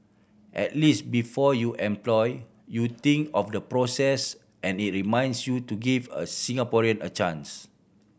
at least before you employ you think of the process and it reminds you to give a Singaporean a chance